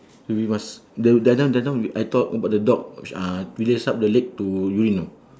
we must the the other time the other time we I talk about the dog uh to raise up the leg to urine know